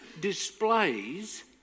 displays